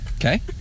Okay